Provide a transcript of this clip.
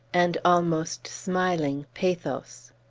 and almost smiling pathos!